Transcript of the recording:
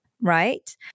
right